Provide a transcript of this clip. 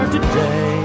Today